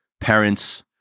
parents